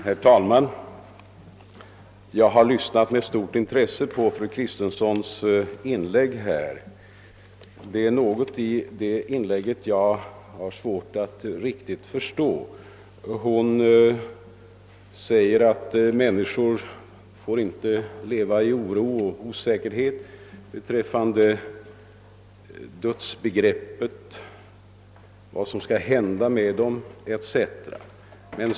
Herr talman! Jag har lyssnat med stort intresse på fru Kristenssons inlägg, men jag har svårt att förstå en del av det. Hon säger att människor inte får leva i oro och osäkerhet beträffande dödsbegreppet, vad som skall hända med dem etc.